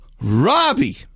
Robbie